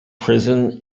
prison